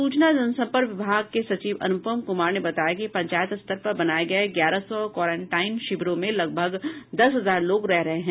सूचना जनसम्पर्क विभाग के सचिव अनुपम कुमार ने बताया कि पंचायत स्तर पर बनाये गये ग्यारह सौ क्वारेंटाइन शिविरों में लगभग दस हजार लोग रह रहे हैं